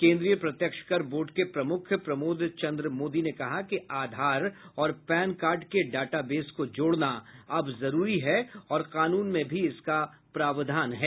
केन्द्रीय प्रत्यक्ष कर बोर्ड के प्रमुख प्रमोद चंद्र मोदी ने कहा कि आधार और पैन कार्ड के डाटाबेस को जोड़ना अब जरूरी है और कानून में भी इसका प्रावधान है